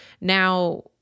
Now